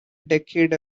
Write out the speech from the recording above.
decade